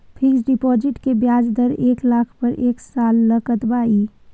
Fixed deposit के ब्याज दर एक लाख पर एक साल ल कतबा इ?